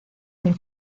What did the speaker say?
del